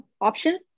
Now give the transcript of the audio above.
option